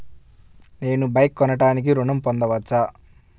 నేను బైక్ కొనటానికి ఋణం పొందవచ్చా?